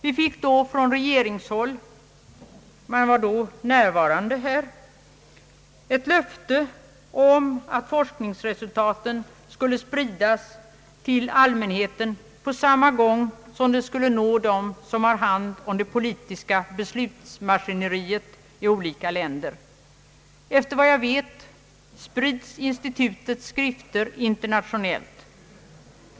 Vi fick då från regeringshåll — man var då närvarande här — löfte om att forskningsresultaten skulle spridas till allmänheten på samma gång som de skulle nå dem som har hand om det politiska beslutsmaskineriet i olika länder. Efter vad jag vet sprids institutets skrifter internationellt.